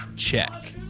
check.